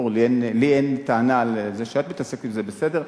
לי אין טענה על זה שאת מתעסקת עם זה, בסדר.